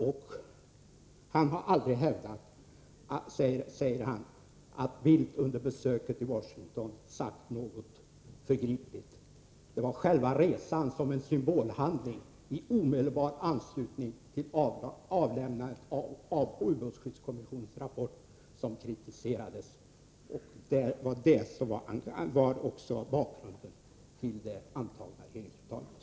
Olof Palme har aldrig hävdat, säger han, att Bildt under besöket i Washington sagt något förgripligt. Det var själva resan som en symbolhandling, i omedelbar anslutning till avlämnandet av ubåtsskyddskommissionens rapport, som kritiserades. Det var bakgrunden till regeringsuttalandet.